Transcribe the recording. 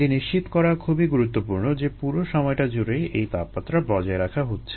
এটি নিশ্চিত করা খুবই গুরুত্বপূর্ণ যে পুরো সময়টা জুড়েই এই তাপমাত্রা বজায় রাখা হচ্ছে